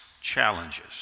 challenges